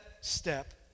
step